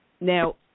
Now